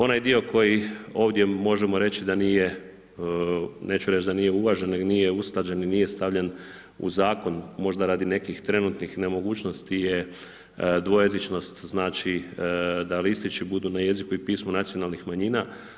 Onaj dio koji ovdje možemo reći da nije, neću reći da nije uvažen nego nije usklađen i nije stavljen u zakon, možda radi nekih trenutnih nemogućnosti je dvojezičnost, znači da listići budu na jeziku i pismu nacionalnih manjina.